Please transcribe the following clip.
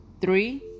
Three